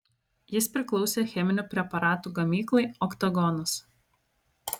jis priklausė cheminių preparatų gamyklai oktagonas